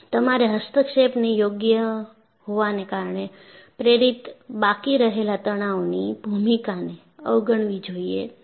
તમારે હસ્તક્ષેપને યોગ્ય હોવાને કારણે પ્રેરિત બાકી રહેલા તણાવની ભૂમિકાને અવગણવી જોઈએ નહીં